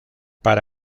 para